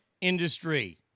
industry